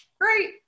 Great